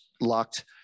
locked